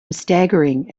staggering